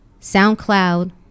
Soundcloud